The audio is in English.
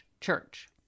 church